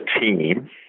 team